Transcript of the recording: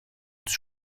της